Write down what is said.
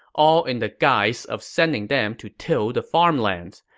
all in the guise of sending them to till the farmlands.